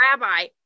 Rabbi